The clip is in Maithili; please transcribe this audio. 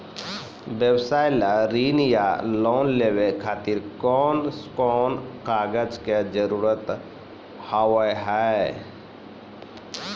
व्यवसाय ला ऋण या लोन लेवे खातिर कौन कौन कागज के जरूरत हाव हाय?